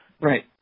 Right